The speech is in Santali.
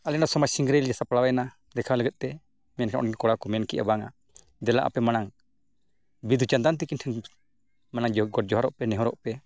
ᱟᱞᱮ ᱢᱟ ᱥᱚᱢᱟᱡᱽ ᱥᱤᱝᱨᱟᱹᱭ ᱞᱮ ᱥᱟᱯᱲᱟᱣ ᱮᱱᱟ ᱫᱮᱠᱷᱟᱣ ᱞᱟᱹᱜᱤᱫ ᱛᱮ ᱢᱮᱱᱠᱷᱟᱱ ᱩᱱᱠᱩ ᱠᱚᱲᱟ ᱠᱚ ᱢᱮᱱ ᱠᱮᱜᱼᱟ ᱵᱟᱝᱟ ᱫᱮᱞᱟ ᱟᱯᱮ ᱢᱟᱲᱟᱝ ᱵᱤᱸᱫᱩᱼᱪᱟᱸᱫᱟᱱ ᱛᱟᱹᱠᱤᱱ ᱴᱷᱮᱱ ᱢᱟᱱᱮ ᱜᱚᱰ ᱡᱚᱸᱦᱟᱨᱚᱜ ᱯᱮ ᱱᱮᱦᱚᱨᱚᱜ ᱯᱮ